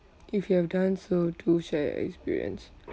if you have done so do share your experience